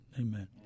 Amen